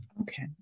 Okay